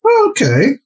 okay